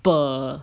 per